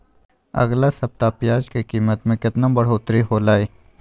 अगला सप्ताह प्याज के कीमत में कितना बढ़ोतरी होलाय?